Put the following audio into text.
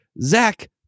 Zach